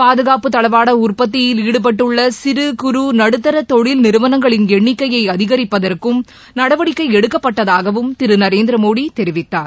பாதுகாப்பு தளவாட உற்பத்தியில் ஈடுபட்டுள்ள சிறு குறு நடுத்தர தொழில்நிறுவனங்களின் எண்ணிக்கையை அதிகரிப்பதற்கும் நடவடிக்கை எடுக்கப்பட்டதாகவும் திரு நரேந்திரமோடி தெரிவித்தார்